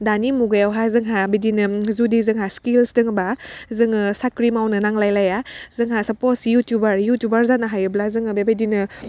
दानि मुगायावहा जोंहा बिदिनो जुदि जोंहा स्किल्स दङबा जोङो साख्रि मावनो नांलाय लाया जोंहा साफस इउटुबार जानो हायोब्ला जोङो बेबायदिनो